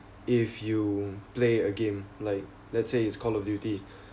if you play a game like let's say it's call of duty